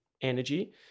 energy